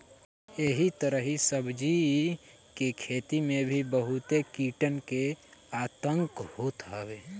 एही तरही सब्जी के खेती में भी बहुते कीटन के आतंक होत हवे